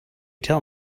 tell